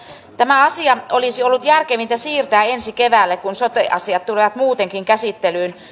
tämä asia olisi ollut järkevintä siirtää ensi keväälle kun sote asiat tulevat muutenkin käsittelyyn